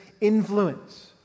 influence